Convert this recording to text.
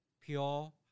Pure